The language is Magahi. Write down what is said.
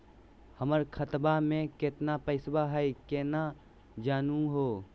हमर खतवा मे केतना पैसवा हई, केना जानहु हो?